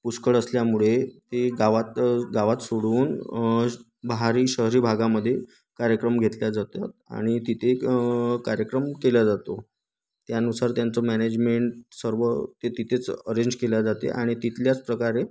पुष्कळ असल्यामुळे ते गावात गावात सोडून बाहरी शहरी भागामध्ये कार्यक्रम घेतले जातात आणि तिथे कार्यक्रम केला जातो त्यानुसार त्यांचं मॅनेजमेंट सर्व ते तिथेच अरेंज केले जाते आणि तिथल्याच प्रकारे